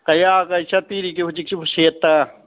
ꯀꯌꯥꯒ ꯆꯠꯄꯤꯔꯤꯒꯦ ꯍꯧꯖꯤꯛꯁꯤꯕꯨ ꯁꯦꯠꯇ